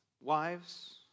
wives